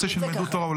שילמדו תורה.